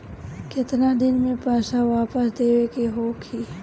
केतना दिन में पैसा वापस देवे के होखी?